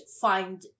find